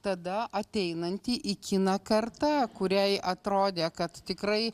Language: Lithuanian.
tada ateinanti į kiną karta kuriai atrodė kad tikrai